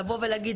לבוא ולהגיד,